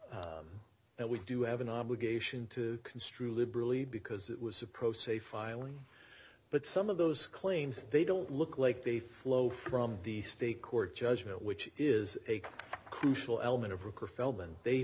that we do have an obligation to construe liberally because it was a pro se filing but some of those claims they don't look like they flow from the state court judgement which is a crucial element of recur feldmann they